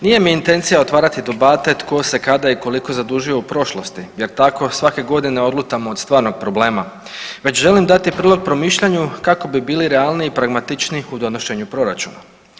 Nije mi intencija otvarati debate tko se i kada i koliko zadužio u prošlosti jer tako svake godine odlutamo od stvarnog problema, već želim da ti prilog promišljanju kako bi bili realniji, pragmatičniji u donošenju proračuna.